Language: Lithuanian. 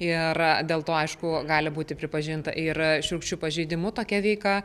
ir dėl to aišku gali būti pripažinta ir šiurkščiu pažeidimu tokia veika